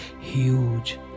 huge